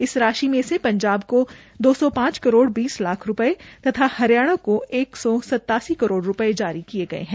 इस राशि मे से पंजाब को दो सौ पांच करोड़ बीस लाख तथा हरियाणा को एक सौ सत्तासी करोड़ रूपये जारी किये गये है